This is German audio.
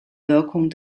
wirkung